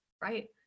Right